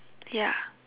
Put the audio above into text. ya